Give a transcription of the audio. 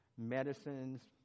medicines